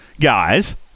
guys